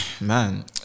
man